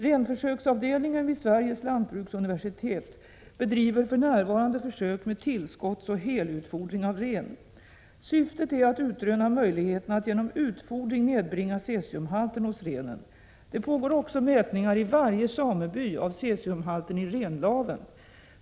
Renförsöksavdelningen vid Sveriges lantbruksuniversitet bedriver för närvarande försök med tillskottsoch helutfodring av ren. Syftet är att utröna möjligheterna att genom utfodring nedbringa cesiumhalten hos renen. Det pågår också mätningar i varje sameby av cesiumhalten i renlaven.